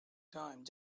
time